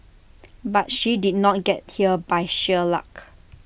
but she did not get here by sheer luck